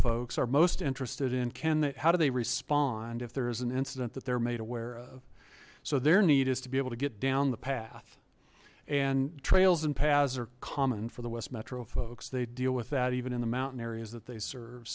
folks are most interested in can they how do they respond if there is an incident that they're made aware of so their need is to be able to get down the path and trails and paths are common for the west metro folks they deal with that even in the mountain areas that they serve